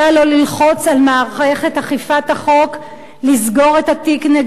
ללחוץ על מערכת אכיפת החוק לסגור את התיק נגדו,